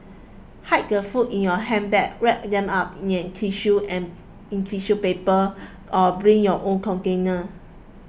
hide the food in your handbag wrap them up in an tissue and in tissue paper or bring your own container